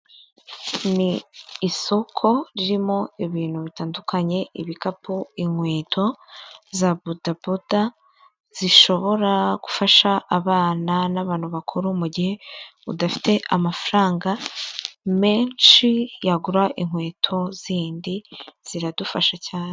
Ni isoko ririmo ibintu bitandukanye; ibikapu, inkweto za bodaboda zishobora gufasha abana n'abantu bakuru mugihe udafite amafaranga menshi yagura inkweto zindi, ziradufasha cyane.